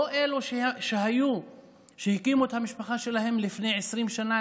לא אלה שהקימו את המשפחה שלהם לפני 20 שנה,